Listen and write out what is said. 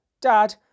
Dad